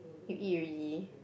you eat already